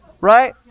right